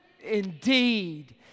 indeed